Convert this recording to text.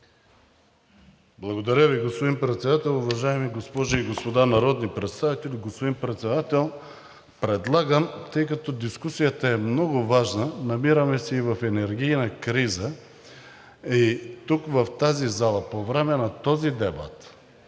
Благодаря Ви, господин Председател. Уважаеми госпожи и господа народни представители! Господин Председател, предлагам, тъй като дискусията е много важна, намираме се и в енергийна криза и тук, в тази зала, по време на този дебат,